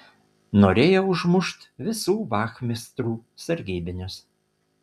norėjo užmušt visų vachmistrų sargybinius